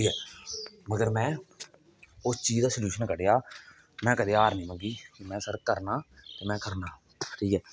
ठीक ऐ मगर में उस चीज दा सलूशन कड्ढेआ में हार नेईं मंगी में आखेआ सर करना में करना ठीक ऐ